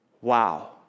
Wow